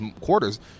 quarters